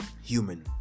human